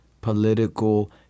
political